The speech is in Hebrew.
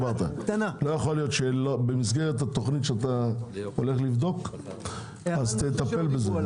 לא יכול להיות שבמסגרת התוכנית שאתה הולך לבדוק תטפל בזה,